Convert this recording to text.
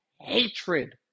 hatred